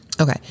Okay